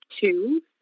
two